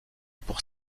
pour